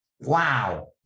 wow